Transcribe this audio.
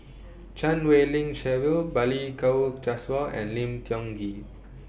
Chan Wei Ling Cheryl Balli Kaur Jaswal and Lim Tiong Ghee